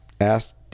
asked